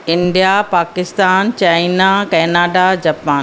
India Pakistan China Canada Japan